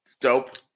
Dope